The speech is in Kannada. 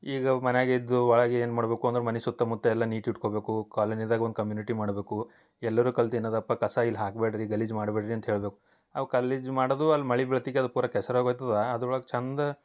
ಈಗ ಅವು ಮನ್ಯಾಗಿದ್ದುವು ಒಳಗೆ ಏನು ಮಾಡ್ಬಕು ಅಂದ್ರ ಮನೆ ಸುತ್ತಮುತ್ತ ಎಲ್ಲ ನೀಟ್ ಇಟ್ಕೊಬೇಕು ಕಾಲೋನಿದಾಗೊಂದು ಕಮ್ಯುನಿಟಿ ಮಾಡಬೇಕು ಎಲ್ಲರು ಕಲ್ತ ಏನದಪ್ಪ ಕಸ ಇಲ್ಲಿ ಹಾಕ್ಬ್ಯಾಡ್ ರೀ ಗಲೀಜು ಮಾಡ್ಬ್ಯಾಡ ರೀ ಅಂತ ಹೇಳಬೇಕು ಅವು ಕಲೀಜು ಮಾಡದು ಅಲ್ಲಿ ಮಳಿ ಬೀಳ್ತ್ಗಿ ಅದು ಪೂರ ಕೆಸರಾಗೋಯ್ತದ ಅದ್ರೊಳಗ ಚಂದ